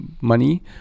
money